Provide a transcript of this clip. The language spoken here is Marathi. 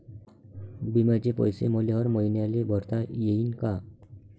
बिम्याचे पैसे मले हर मईन्याले भरता येईन का?